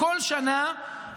כל שנה,